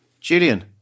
Julian